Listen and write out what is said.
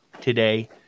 today